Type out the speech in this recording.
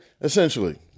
essentially